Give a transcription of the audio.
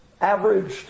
averaged